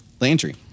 Landry